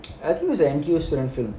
I think it was a N_T_U student film